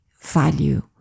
value